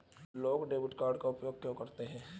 लोग debit card का उपयोग क्यों करते हैं?